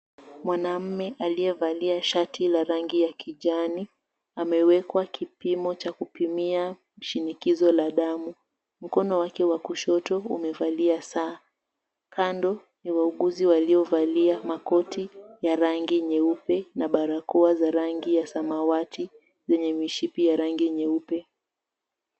Mwanamme aliyevalia shati la rangi ya kijani, amewekwa kipimo cha kupimia shinikizo la damu, mkono wake wa kushoto umevalia saa. Kando ni wauguzi waliovalia makoti ya rangi nyeupe na barakoa za rangi nya bsamawati zenye mishipi ya rangi nyeupe.